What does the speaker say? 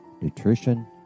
nutrition